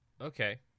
Okay